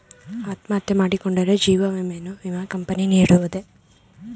ಅತ್ಮಹತ್ಯೆ ಮಾಡಿಕೊಂಡರೆ ಜೀವ ವಿಮೆಯನ್ನು ವಿಮಾ ಕಂಪನಿ ನೀಡುವುದೇ?